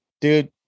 dude